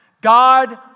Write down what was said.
God